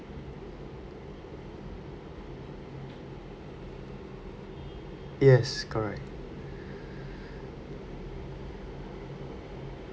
yes correct